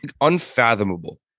unfathomable